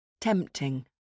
Tempting